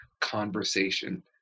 conversation